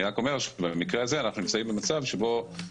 והיא צריכה לבוא אלי לבית החולים ולראות שהכספת עומדת כמו שצריך,